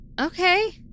Okay